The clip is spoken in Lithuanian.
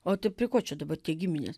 o tai prie ko čia dabar tie giminės